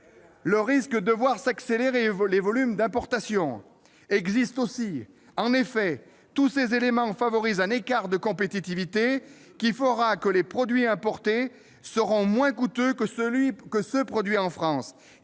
Le risque de voir s'accélérer la hausse des volumes importés existe également : en effet, tous ces éléments favorisent un écart de compétitivité qui fera que les produits importés seront moins coûteux que ceux qui sont produits en France,